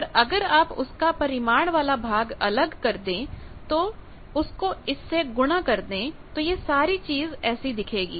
पर अगर आप उसका परिमाण वाला भाग अलग कर दें और उसको इस से गुणा कर दें तो यह सारी चीज ऐसी दिखेगी